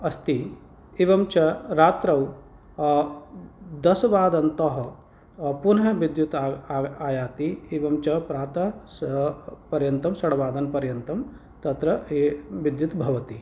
अस्ति एवं च रात्रौ दशवादनतः पुनः विद्युत् आय् आय् आयाति एवं च प्रातः पर्यन्तं षड्वादनपर्यन्तं तत्र विद्युत् भवति